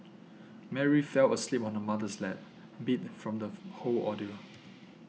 Mary fell asleep on her mother's lap beat from this whole ordeal